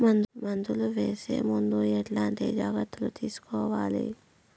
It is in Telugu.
మందులు వేసే ముందు ఎట్లాంటి జాగ్రత్తలు తీసుకోవాలి?